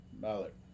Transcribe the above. Malik